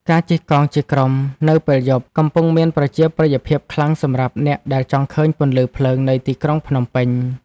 ការជិះកង់ជាក្រុមនៅពេលយប់ កំពុងមានប្រជាប្រិយភាពខ្លាំងសម្រាប់អ្នកដែលចង់ឃើញពន្លឺភ្លើងនៃទីក្រុងភ្នំពេញ។